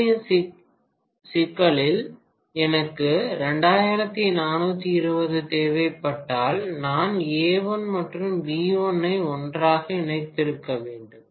முந்தைய சிக்கலில் எனக்கு 2420 V தேவைப்பட்டால் நான் A1 மற்றும் B1 ஐ ஒன்றாக இணைத்திருக்க வேண்டும்